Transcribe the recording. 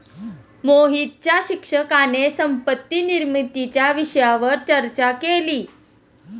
मोहितच्या शिक्षकाने संपत्ती निर्मितीच्या विषयावर चर्चा केली